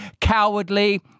cowardly